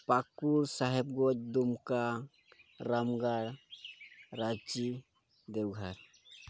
Pakur Sahebganj Dumka Ramgarh Ranchi Deoghar